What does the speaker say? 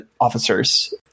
officers